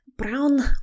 brown